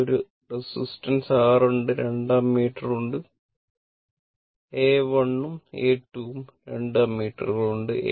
അവിടെ ഒരു resistance R ഉണ്ട് 2 അമ്മീറ്റർ ഉണ്ട് A 1 ഉം A 2 ഉം രണ്ട് അമ്മീറ്ററുകൾ ഉണ്ട്